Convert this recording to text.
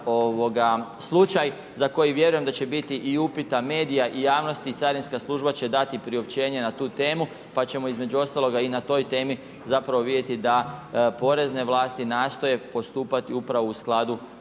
slučaj za koji vjerujem da će biti i upita medija i javnosti i carinska služba će dati priopćenje na tu temu, pa ćemo između ostaloga i na toj temi, zapravo vidjeti, da porezne vlasti nastoje postupati upravo u skladu